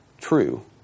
true